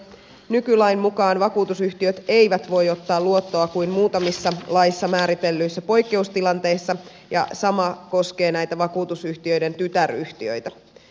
nykylain mukaan vakuutusyhtiöt eivät voi ottaa luottoa kuin muutamissa laissa määritellyissä poikkeustilanteissa ja sama koskee näitä vakuutusyhtiöiden tytäryhtiöitä